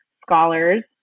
scholars